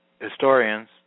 historians